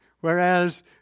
whereas